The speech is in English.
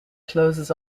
closes